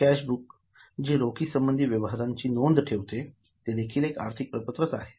cash book जे रोख संबंधी व्यवहारांची नोंद ठेवते ते देखील आर्थिक प्रपत्र आहे